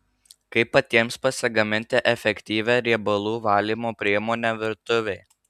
kaip patiems pasigaminti efektyvią riebalų valymo priemonę virtuvei